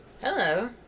Hello